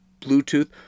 Bluetooth